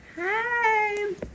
Hi